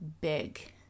big